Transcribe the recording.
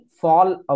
Fallout